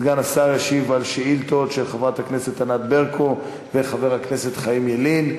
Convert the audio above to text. סגן השר ישיב על שאילתות של חברת הכנסת ענת ברקו וחבר הכנסת חיים ילין.